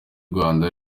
rwanda